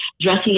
dressing